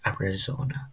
Arizona